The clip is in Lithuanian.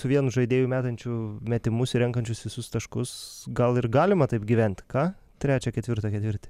su vienu žaidėju metančiu metimus ir renkančius visus taškus gal ir galima taip gyvent ką trečią ketvirtą ketvirtį